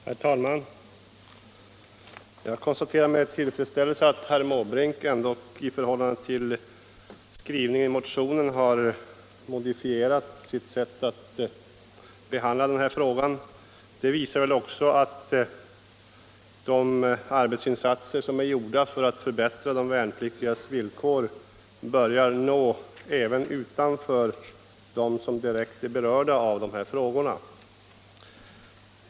Herr talman! Jag konstaterar med tillfredsställelse att herr Måbrink i förhållande till skrivningen i motionen ändock har modifierat sitt sätt att behandla den här frågan. Det visar väl också att arbetsinsatser som är gjorda för att förbättra de värnpliktigas villkor börjar nå även utanför de grupper som direkt är berörda.